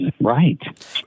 right